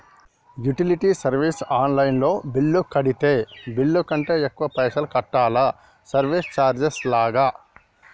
Utility service online లో bill కడితే bill కంటే ఎక్కువ పైసల్ కట్టాలా సర్వీస్ చార్జెస్ లాగా?